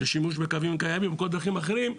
לשימוש בקווים קיימים במקום דרכים אחרות,